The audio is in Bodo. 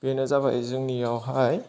बेनो जाबाय जोंनियावहाय